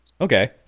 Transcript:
Okay